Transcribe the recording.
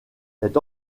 est